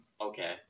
Okay